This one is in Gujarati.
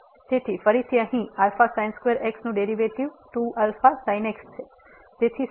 તેથી ફરીથી અહીં નું ડેરીવેટીવ 2αsin x